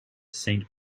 saint